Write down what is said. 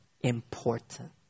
important